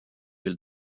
küll